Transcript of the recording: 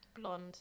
Blonde